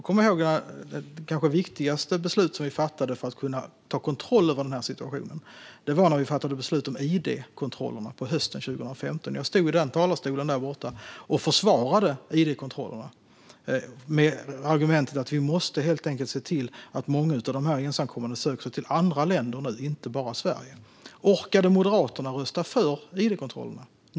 Det kanske viktigaste beslut vi fattade för att kunna ta kontroll över situationen gällde id-kontrollerna på hösten 2015. Jag stod i talarstolen här i riksdagen och försvarade id-kontrollerna med argumentet att vi måste se till att många av de ensamkommande söker sig till andra länder, inte bara till Sverige. Orkade Moderaterna rösta för id-kontrollerna?